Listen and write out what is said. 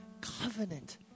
covenant